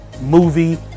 movie